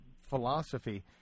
philosophy